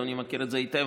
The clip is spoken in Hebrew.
אדוני מכיר את זה היטב,